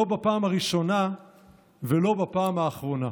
לא בפעם הראשונה ולא בפעם האחרונה.